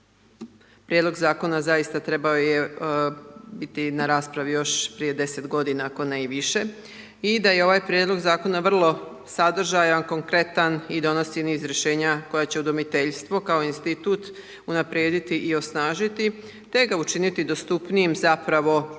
prijedlog Zakona zaista je trebao biti na raspravi još prije 10 godina, ako ne i više i da je ovaj prijedlog Zakona vrlo sadržajan, konkretan i donosi niz rješenja koja će udomiteljstvu kao institut unaprijediti i osnažiti, te ga učiniti dostupnijim, zapravo,